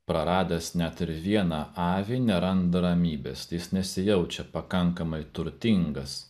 praradęs net ir vieną avį neranda ramybės jis nesijaučia pakankamai turtingas